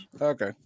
Okay